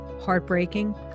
heartbreaking